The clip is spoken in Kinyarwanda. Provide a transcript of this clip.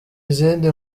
izindi